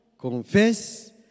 Confess